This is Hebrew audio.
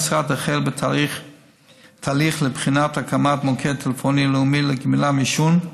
המשרד החל בתהליך לבחינת הקמת מוקד טלפוני לאומי לגמילה מעישון,